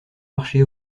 marchés